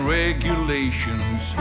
regulations